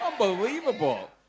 Unbelievable